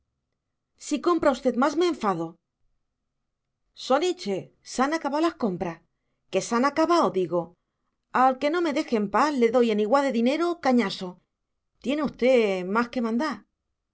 si compra usted más me enfado soniche sanacabao las compras que sanacabao digo al que no me deje en paz le doy en igual de dinero cañaso tiene usted más que mandar